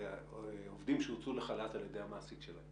עובדים שהוצאו לחל"ת על-ידי המעסיק שלהם